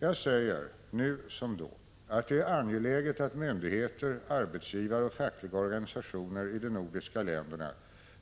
Jag säger, nu som då, att det är angeläget att myndigheter, arbetsgivare och fackliga organisationer i de nordiska länderna